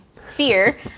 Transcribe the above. sphere